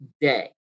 day